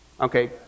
Okay